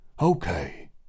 Okay